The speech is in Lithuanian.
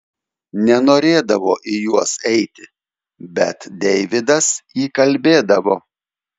nenorėdavo į juos eiti bet deividas įkalbėdavo